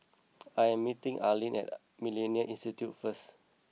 I am meeting Arlene at Millennia Institute first